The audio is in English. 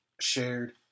shared